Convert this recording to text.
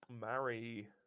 marry